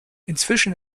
inzwischen